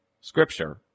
scripture